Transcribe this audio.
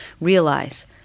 realize